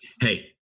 hey